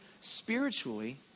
spiritually